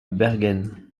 bergen